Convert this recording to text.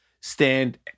stand